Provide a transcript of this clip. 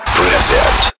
present